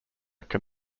can